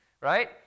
right